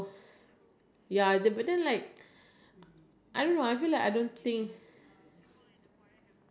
bored if there's nobody to play with then you just boring they don't really take attendance back in the day